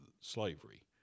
slavery